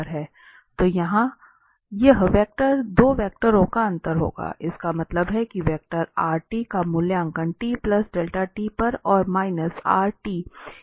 तो यहां यह वेक्टर 2 वेक्टरों का अंतर होगा इसका मतलब है कि वेक्टर का मूल्यांकन पर और माइनस किया गया है